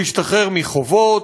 להשתחרר מחובות,